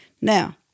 Now